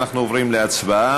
אנחנו עוברים להצבעה.